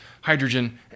hydrogen